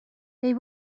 they